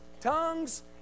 tongues